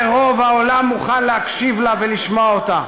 ורוב העולם מוכן להקשיב לה ולשמוע אותה.